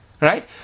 right